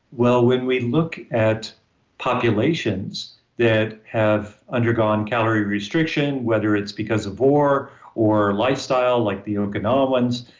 well, when we look at populations that have undergone calorie restriction, whether it's because of war or lifestyle, like the okinawans,